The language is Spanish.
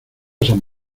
san